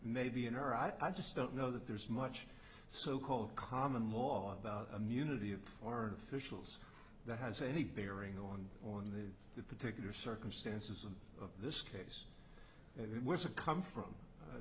maybe in iraq i just don't know that there's much so called common law about immunity of foreign officials that has any bearing on on the particular circumstances of this case it was a come from